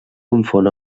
confon